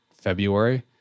February